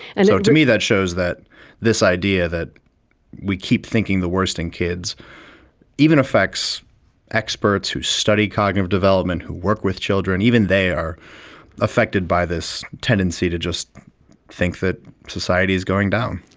and so to me that shows that this idea that we keep thinking the worst in kids even affects the experts who study cognitive development, who work with children, even they are affected by this tendency to just think that society is going down.